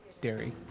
dairy